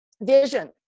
vision